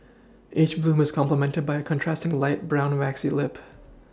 each bloom is complemented by a contrasting light brown waxy lip